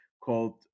called